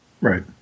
right